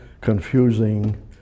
confusing